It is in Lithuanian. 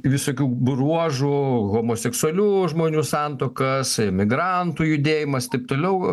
visokių bruožų homoseksualių žmonių santuokas migrantų judėjimas taip toliau